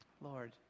Lord